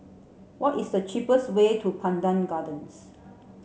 what is the cheapest way to Pandan Gardens